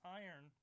iron